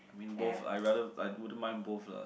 I mean both I rather I wouldn't mind both lah